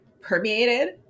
permeated